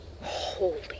Holy